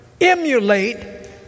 emulate